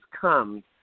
comes